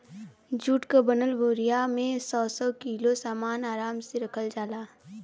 जुट क बनल बोरिया में सौ सौ किलो सामन आराम से रख सकल जाला